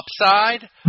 upside